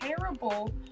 terrible